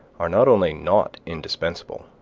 are not only not indispensable,